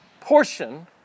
portion